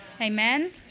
Amen